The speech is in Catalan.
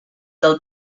del